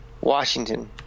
Washington